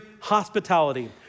hospitality